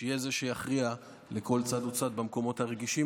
שיהיה זה שיכריע לכל צד וצד במקומות הרגישים